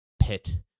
pit